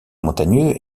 montagneux